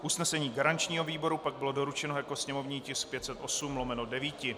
Usnesení garančního výboru pak bylo doručeno jako sněmovní tisk 508/9.